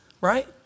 right